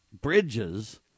bridges